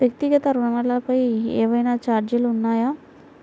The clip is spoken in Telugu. వ్యక్తిగత ఋణాలపై ఏవైనా ఛార్జీలు ఉన్నాయా?